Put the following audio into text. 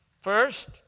First